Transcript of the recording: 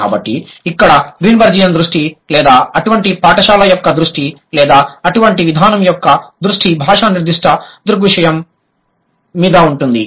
కాబట్టి ఇక్కడ గ్రీన్బెర్జియన్ దృష్టి లేదా అటువంటి పాఠశాల యొక్క దృష్టి లేదా అటువంటి విధానం యొక్క దృష్టి భాష నిర్దిష్ట దృగ్విషయం మీద ఉంటుంది